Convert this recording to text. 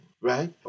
right